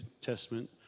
Testament